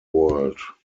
world